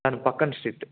దాని పక్కన స్ట్రీట్